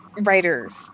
writer's